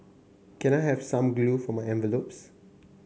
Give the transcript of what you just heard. can I have some glue for my envelopes